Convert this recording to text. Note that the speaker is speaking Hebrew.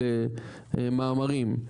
של מאמרים,